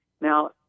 Now